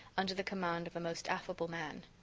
under the command of a most affable man.